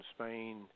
Spain